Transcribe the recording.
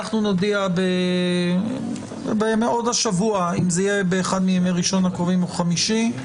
נודיע עוד השבוע אם הדיון הבא יהיה באחד מימי ראשון או חמישי הקרובים.